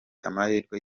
amahirwe